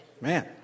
Man